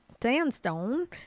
sandstone